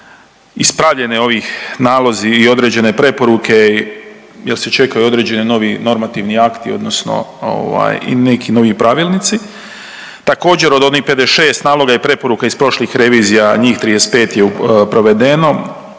ispravljene ovih nalozi i određene preporuke jer se čekaju određeni novi normativni akti odnosno ovaj i neki novi pravilnici. Također, od onih 56 naloga i preporuka iz prošlih revizija, njih 35 je provedeno,